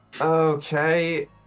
Okay